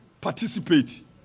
participate